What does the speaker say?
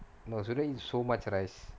no shouldn't eat so much rice